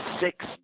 six